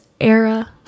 era